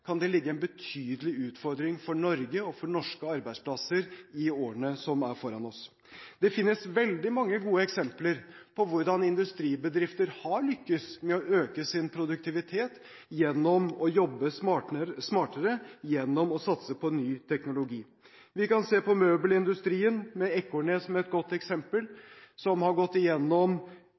kan det ligge en betydelig utfordring for Norge og for norske arbeidsplasser i årene foran oss. Det finnes veldig mange gode eksempler på hvordan industribedrifter har lyktes med å øke sin produktivitet gjennom å jobbe smartere, gjennom å satse på ny teknologi. Vi kan se på møbelindustrien, med Ekornes som et godt eksempel, som har gått igjennom